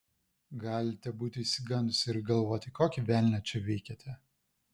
galite būti išsigandusi ir galvoti kokį velnią čia veikiate